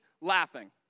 laughing